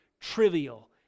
trivial